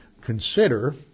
consider